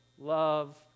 love